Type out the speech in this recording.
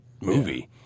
movie